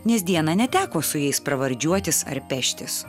nes dieną neteko su jais pravardžiuotis ar peštis